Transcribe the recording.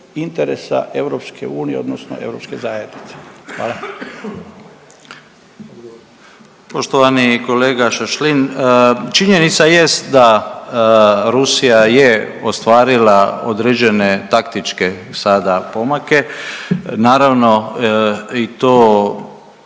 interesa EU odnosno europske zajednice. Hvala. **Stier, Davor Ivo (HDZ)** Poštovani kolega Šašlin, činjenica jest da Rusija je ostvarila određene taktičke sada pomake. Naravno i to